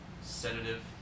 sedative